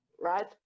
Right